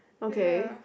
okay